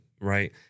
right